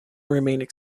remained